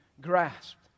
grasped